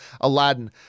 Aladdin